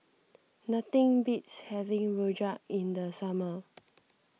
nothing beats having Rojak in the summer